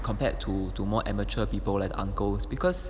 compared to to more amateur people like the uncles because